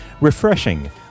refreshing